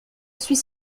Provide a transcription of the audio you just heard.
suis